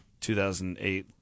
2008